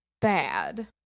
bad